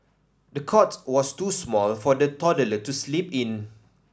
the cot was too small for the toddler to sleep in